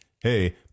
Hey